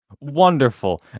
Wonderful